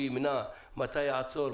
שהוא יחליט מתי לעצור,